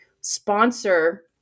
sponsor